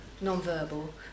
non-verbal